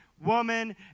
woman